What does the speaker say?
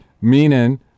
Meaning